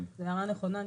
זו הערה נכונה ניסוחית.